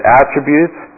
attributes